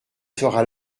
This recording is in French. sera